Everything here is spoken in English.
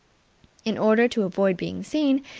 in order to avoid being seen,